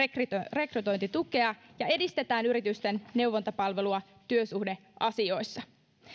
rekrytointitukea kokeillaan ja edistetään yritysten neuvontapalvelua työsuhdeasioissa